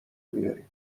بیارین